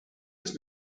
was